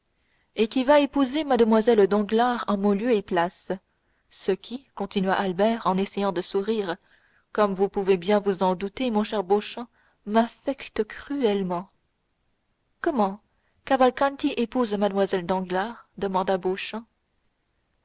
et qui va épouser mlle danglars en mon lieu et place ce qui continua albert en essayant de sourire comme vous pouvez bien vous en douter mon cher beauchamp m'affecte cruellement comment cavalcanti épouse mlle danglars demanda